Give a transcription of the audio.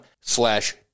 slash